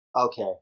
okay